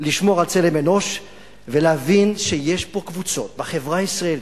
לשמור על צלם אנוש ולהבין שיש פה, בחברה הישראלית,